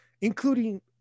including